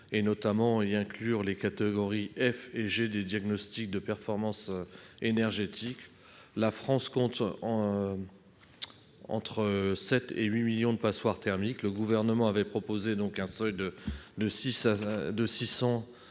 de logements et d'inclure les catégories F et G des diagnostics de performance énergétique. La France compte entre 7 et 8 millions de passoires thermiques. Le Gouvernement avait proposé un seuil de 600 à 700